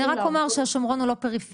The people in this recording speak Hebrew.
אני רק אומר שהשומרון הוא לא פריפריה,